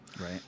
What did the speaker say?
Right